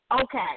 Okay